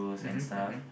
mmhmm mmhmm